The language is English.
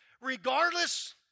regardless